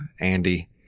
Andy